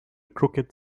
crooked